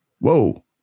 Whoa